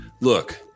Look